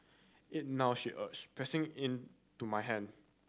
eat now she urge pressing into my hand